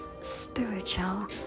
Spiritual